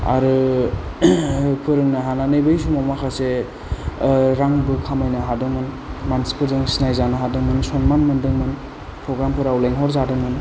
आरो फोरोंनो हानानै बै समाव माखासे रांबो खामायनो हादोंमोन मानसिफोरजों सिनायजानो हादोंमोन सनमान मोनदोंमोन प्रग्रामफोराव लेंहर जादोंमोन